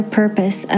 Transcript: purpose